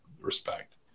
respect